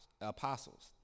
apostles